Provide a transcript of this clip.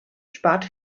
spart